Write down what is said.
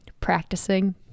practicing